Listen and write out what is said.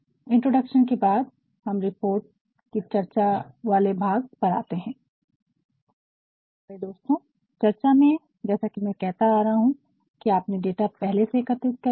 introduction के बाद हम रिपोर्ट के चर्चा वाले भाग पर आते हैं मेरे प्यारे दोस्तों चर्चा में जैसा कि मैं कहता आ रहा हूं कि आपने डाटा पहले से ही एकत्रित कर लिया है